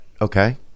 Okay